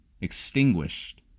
extinguished